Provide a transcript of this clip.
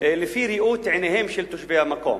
לפי ראות עיניהם של תושבי המקום.